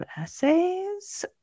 essays